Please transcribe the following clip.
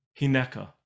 hineka